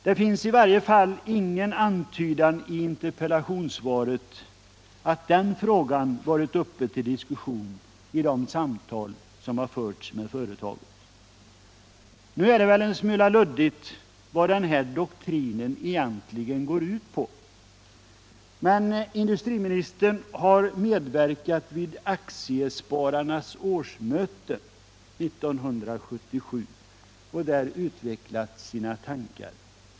Det finns i varje fall ingen antydan i interpellationssvaret om att den frågan varit uppe till diskussion ide samtal som förts med företaget. Nu är det väl en smula luddigt vad den här doktrinen egentligen går ut på. Men industriministern har medverkat vid Sveriges Aktiesparares riksförbunds årsmöte 1977 och där utvecklat sina tankar.